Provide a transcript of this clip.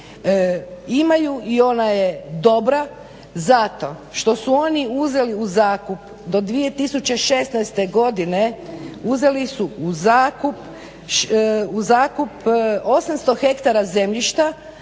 Imaju i ona je dobra, zato što su oni uzeli u zakup do 2016. godine, uzeli su u zakup 800 ha zemljišta,